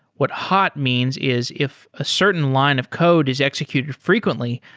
what hot means is if a certain line of code is executed frequently,